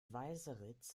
weißeritz